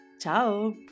Ciao